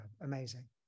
amazing